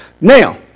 Now